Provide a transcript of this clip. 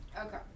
Okay